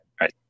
Right